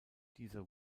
dieser